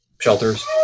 shelters